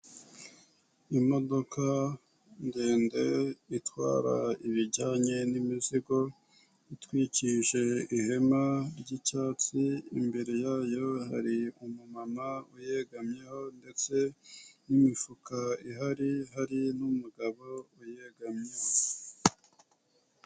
Imodoka ndende itwara ibijyanye n'imizigo itwikije ihema ry'icyatsi, imbere yayo hari umumama uyegamyeho ndetse n'imifuka ihari, hari n'umugabo uyegamyeho.